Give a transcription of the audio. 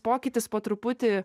pokytis po truputį